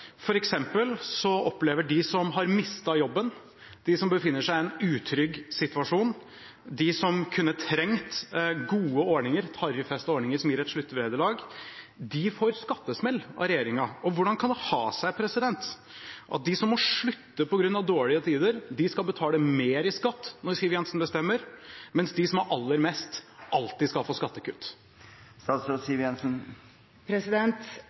opplever de som har mistet jobben, de som befinner seg i en utrygg situasjon, de som kunne trengt gode ordninger, tariffestede ordninger som gir et sluttvederlag, å få skattesmell av regjeringen. Hvordan kan det ha seg at de som må slutte på grunn av dårlige tider, skal betale mer i skatt når Siv Jensen bestemmer, mens de som har aller mest, alltid skal få skattekutt?